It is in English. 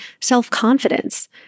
self-confidence